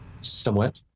Somewhat